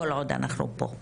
כל עוד אנחנו פה.